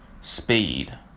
speed